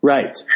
Right